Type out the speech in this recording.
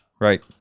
Right